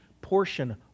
portion